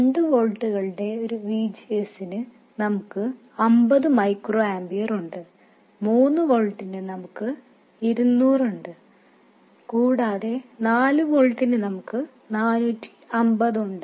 2 വോൾട്ടുകളുടെ ഒരു VGS ന് നമുക്ക് 50 മൈക്രോ ആമ്പിയർ ഉണ്ട് 3 വോൾട്ടിന് നമുക്ക് 200 ഉണ്ട് കൂടാതെ 4 വോൾട്ടിനു നമുക്ക് 450 ഉണ്ട്